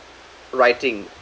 writing